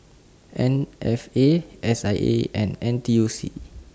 M F A S I A and N T U C